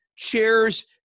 chairs